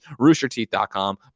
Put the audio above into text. roosterteeth.com